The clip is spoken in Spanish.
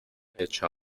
echa